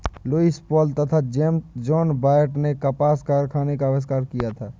Lewis Paul तथा John Wyatt ने कपास कारखाने का आविष्कार किया था